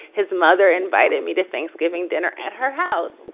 his mother invited me to thanksgiving dinner at her house,